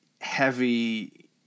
heavy